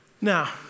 Now